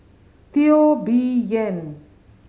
Teo Bee Yen